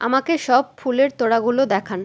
আমাকে সব ফুলের তোড়াগুলো দেখান